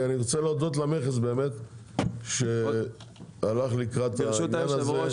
אני רוצה להודות למכס שהלך לקראת העניין הזה.